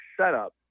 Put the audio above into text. setup